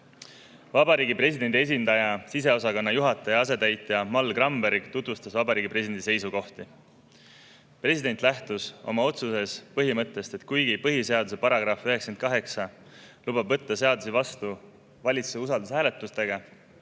[Vabariigi Presidendi Kantselei] siseosakonna juhataja asetäitja Mall Gramberg tutvustas Vabariigi Presidendi seisukohti. President lähtus oma otsuses põhimõttest, et kuigi põhiseaduse § 98 lubab võtta seadusi vastu valitsuse usaldushääletusega,